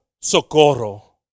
socorro